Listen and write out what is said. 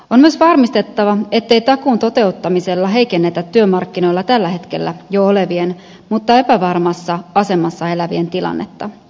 on myös varmistettava ettei takuun toteuttamisella heikennetä työmarkkinoilla tällä hetkellä jo olevien mutta epävarmassa asemassa elävien tilannetta